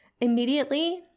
Immediately